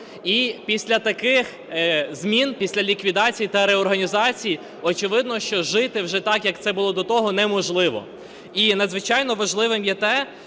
І після таких змін, після ліквідації та реорганізації, очевидно, що жити вже так, як це було до того, неможливо. І надзвичайно важливим є те,